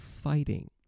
fighting